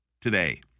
today